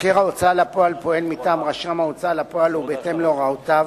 חוקר ההוצאה לפועל פועל מטעם רשם ההוצאה לפועל ובהתאם להוראותיו,